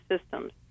systems